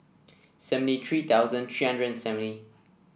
seventy three thousand three hundred and seventy